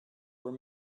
were